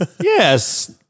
yes